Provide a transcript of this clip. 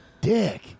dick